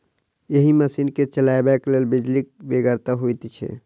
एहि मशीन के चलयबाक लेल बिजलीक बेगरता होइत छै